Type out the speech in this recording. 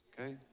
Okay